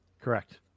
Correct